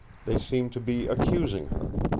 they seemed to be accusing her.